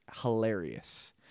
hilarious